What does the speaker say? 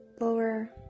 lower